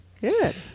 good